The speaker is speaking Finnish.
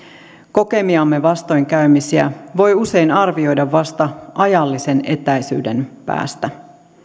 kokemiamme vastoinkäymisiä voi usein arvioida vasta ajallisen etäisyyden päästä